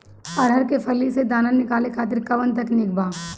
अरहर के फली से दाना निकाले खातिर कवन तकनीक बा का?